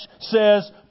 says